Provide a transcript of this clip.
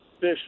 fish